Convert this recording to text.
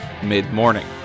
mid-morning